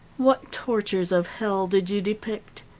what tortures of hell did you depict?